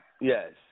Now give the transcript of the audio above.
Yes